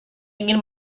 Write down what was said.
ingin